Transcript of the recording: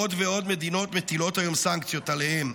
עוד ועוד מדינות מטילות היום סנקציות עליהם.